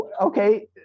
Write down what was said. okay